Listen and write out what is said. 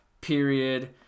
Period